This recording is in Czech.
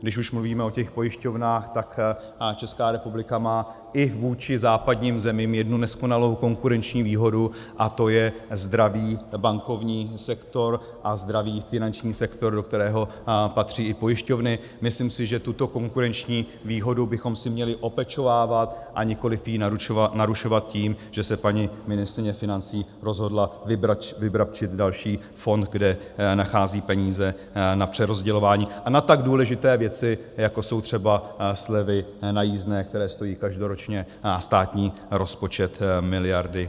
Když už mluvíme o těch pojišťovnách, a Česká republika má i vůči západním zemím jednu neskonalou konkurenční výhodu, a to je zdravý bankovní sektor a zdravý finanční sektor, do kterého patří i pojišťovny, myslím si, že tuto konkurenční výhodu bychom si měli opečovávat, a nikoliv ji narušovat tím, že se paní ministryně financí rozhodla vybrabčit další fond, kde nachází peníze na přerozdělování a na tak důležité věci, jako jsou třeba slevy na jízdné, které stojí každoročně státní rozpočet miliardy.